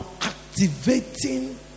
activating